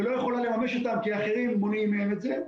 ולא יכולה לממש אותם כי אחרים מונעים מהם את זה.